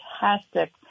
fantastic